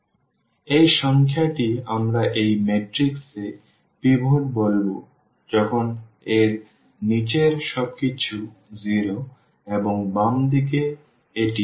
সুতরাং এই সংখ্যাটি আমরা এই ম্যাট্রিক্স এ পিভট বলব যখন এর নিচের সবকিছু 0 এবং বাম দিকে এটি প্রথম উপাদান